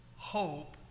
hope